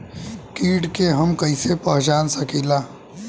कीट के हम कईसे पहचान सकीला